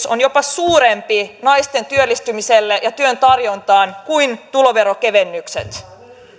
on jopa suurempi naisten työllistymiselle ja työn tarjonnalle kuin tuloverokevennykset